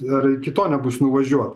ar iki to nebus nuvažiuo